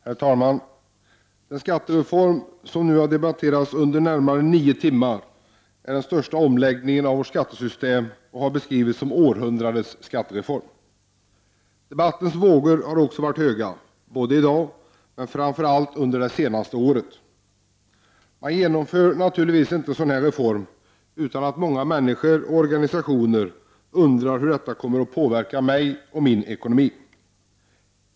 Herr talman! Den skattereform som nu debatterats under närmare nio timmar är den största omläggningen av vårt skattesystem som skett och har beskrivits som ”århundradets skattereform”. Debattens vågor har också gått höga i dag, men framför allt under det senaste året. Man genomför naturligtvis inte en sådan här reform utan att många människor och organisationer undrar hur denna reform kommer att påverka dem och deras ekonomi.